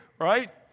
right